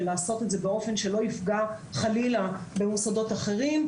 ולעשות את זה באופן שלא יפגע חלילה במוסדות אחרים,